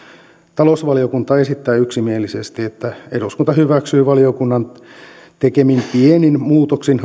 talousvaliokunta esittää yksimielisesti että eduskunta hyväksyy valiokunnan tekemin pienin muutoksin